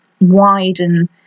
widen